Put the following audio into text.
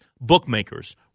bookmakers